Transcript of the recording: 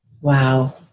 Wow